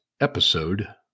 Episode